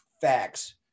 facts